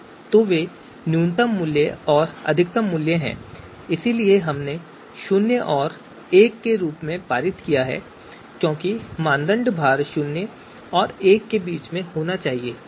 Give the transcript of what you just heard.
तो वे न्यूनतम मूल्य और अधिकतम मूल्य हैं इसलिए हमने शून्य और एक के रूप में पारित किया है क्योंकि मानदंड भार शून्य और एक के बीच होना चाहिए